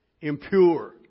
impure